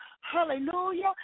hallelujah